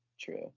true